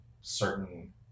certain